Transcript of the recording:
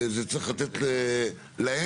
צריך לתת להם,